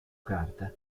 carta